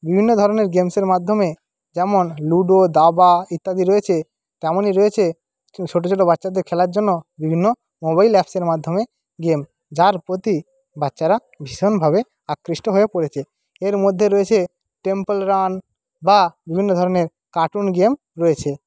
বিভিন্ন ধরনের গেমসের মাধ্যমে যেমন লুডো দাবা ইত্যাদি রয়েছে তেমনই রয়েছে ছোটো ছোটো বাচ্চাদের খেলার জন্য বিভিন্ন মোবাইল অ্যাপসের মাধ্যমে গেম যার প্রতি বাচ্চারা ভীষণভাবে আকৃষ্ট হয়ে পড়েছে এর মধ্যে রয়েছে টেম্পল রান বা বিভিন্ন ধরনের কার্টুন গেম রয়েছে